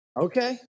Okay